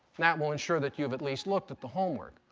that will ensure that you've at least looked at the homework.